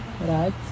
right